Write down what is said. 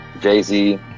Jay-Z